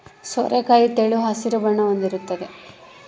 ಸೋರೆಕಾಯಿ ತೆಳು ಹಸಿರು ಬಣ್ಣ ಹೊಂದಿರ್ತತೆ